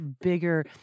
bigger